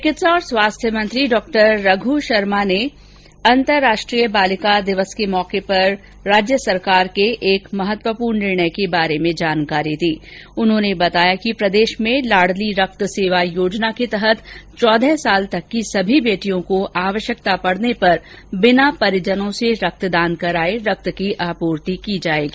चिकित्सा और स्वास्थ्य मंत्री डॉ रघु शर्मा ने अंतरराष्ट्रीय बालिका दिवस पर राज्य सरकार के एक महत्वपूर्ण निर्णय की जानकारी देते हुए बताया कि प्रदेश में लाडली रक्त सेवा योजना के तहत चौदह साल तक की सभी बेटियों को आवश्यकता पड़ने पर बिना परिजनों से रक्तदान कराये रक्त की आपूर्ति की जायेगी